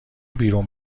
بیرون